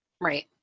Right